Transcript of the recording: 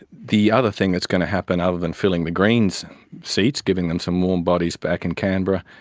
the other thing that's going to happen other than filling the greens seat, giving them some warm bodies back in canberra,